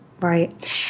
Right